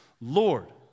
Lord